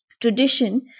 Tradition